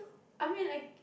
I mean like